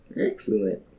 Excellent